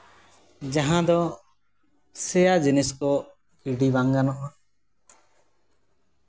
ᱡᱟᱦᱟᱸ ᱫᱚ ᱥᱮᱭᱟ ᱡᱤᱱᱤᱥ ᱠᱚ ᱜᱤᱰᱤ ᱵᱟᱝ ᱜᱟᱱᱚᱜᱼᱟ